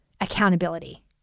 accountability